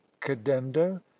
cadendo